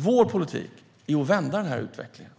Vår politik är att vända den här utvecklingen.